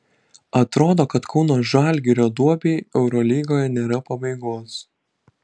atrodo kad kauno žalgirio duobei eurolygoje nėra pabaigos